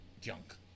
junk